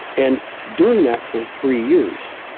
and doing that for three years,